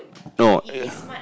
no